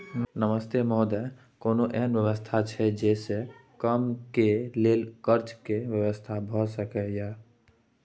नमस्ते महोदय, कोनो एहन व्यवस्था छै जे से कम के लेल कर्ज के व्यवस्था भ सके ये?